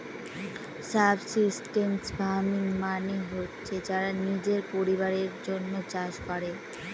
subsistence farming মানে হচ্ছে যারা নিজের পরিবারের জন্য চাষ করে